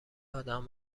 آدم